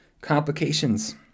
complications